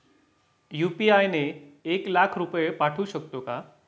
UPI ने एक लाख रुपये पाठवू शकतो का?